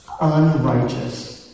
unrighteous